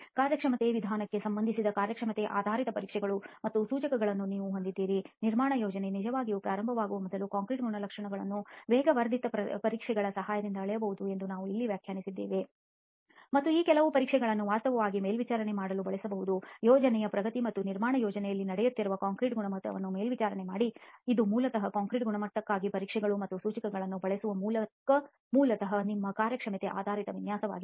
ಕಾರ್ಯಕ್ಷಮತೆ ವಿಧಾನಕ್ಕೆ ಸಂಬಂಧಿಸಿದ ಕಾರ್ಯಕ್ಷಮತೆ ಆಧಾರಿತ ಪರೀಕ್ಷೆಗಳು ಮತ್ತು ಸೂಚಕಗಳನ್ನು ನೀವು ಹೊಂದಿದ್ದೀರಿ ನಿರ್ಮಾಣ ಯೋಜನೆ ನಿಜವಾಗಿ ಪ್ರಾರಂಭವಾಗುವ ಮೊದಲು ಕಾಂಕ್ರೀಟ್ ಗುಣಲಕ್ಷಣಗಳನ್ನು ವೇಗವರ್ಧಿತ ಪರೀಕ್ಷೆಗಳ ಸಹಾಯದಿಂದ ಅಳೆಯಬಹುದು ಎಂದು ನಾವು ಇಲ್ಲಿ ವ್ಯಾಖ್ಯಾನಿಸುತ್ತೇವೆ ಮತ್ತು ಈ ಕೆಲವು ಪರೀಕ್ಷೆಗಳನ್ನು ವಾಸ್ತವವಾಗಿ ಮೇಲ್ವಿಚಾರಣೆ ಮಾಡಲು ಬಳಸಬಹುದು ಯೋಜನೆಯ ಪ್ರಗತಿ ಮತ್ತು ನಿರ್ಮಾಣ ಯೋಜನೆಯಲ್ಲಿ ನಡೆಯುತ್ತಿರುವ ಕಾಂಕ್ರೀಟ್ ಗುಣಮಟ್ಟವನ್ನು ಮೇಲ್ವಿಚಾರಣೆ ಮಾಡಿ ಇದು ಮೂಲತಃ ಕಾಂಕ್ರೀಟ್ ಗುಣಮಟ್ಟಕ್ಕಾಗಿ ಪರೀಕ್ಷೆಗಳು ಮತ್ತು ಸೂಚಕಗಳನ್ನು ಬಳಸುವ ಮೂಲಕ ನಿಮ್ಮ ಕಾರ್ಯಕ್ಷಮತೆ ಆಧಾರಿತ ವಿನ್ಯಾಸವಾಗಿದೆ